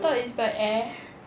I thought is by air